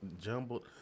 jumbled